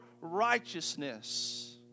righteousness